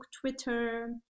Twitter